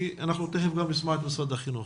תיכף נשמע גם את משרד החינוך.